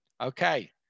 okay